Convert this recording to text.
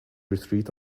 retreat